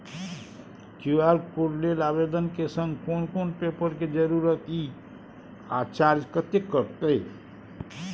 QR code लेल आवेदन के संग कोन कोन पेपर के जरूरत इ आ चार्ज कत्ते कटते?